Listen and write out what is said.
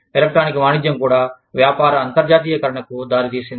electronic వాణిజ్యం కూడా వ్యాపార అంతర్జాతీయీకరణకు దారితీసింది